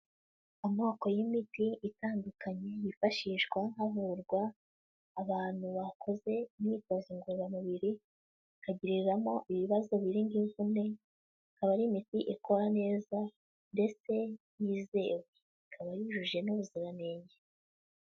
Amoko y'imiti itandukanye, yifashishwa havurwa abantu bakoze imyitozo ngororamubiri, bakagiriramo ibibazo birimo nk'imvune, akaba ari imiti ikora neza ndetse yizewe, ikaba yujuje n'ubuziranenge.